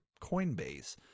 Coinbase